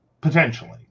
Potentially